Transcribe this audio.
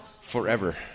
forever